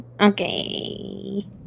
Okay